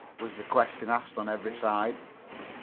was the question asked on every side.